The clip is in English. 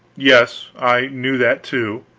yes, i knew that, too.